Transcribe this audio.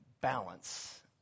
balance